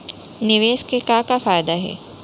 निवेश के का का फयादा हे?